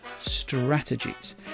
strategies